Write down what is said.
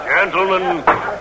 Gentlemen